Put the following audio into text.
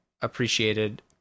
appreciated